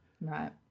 Right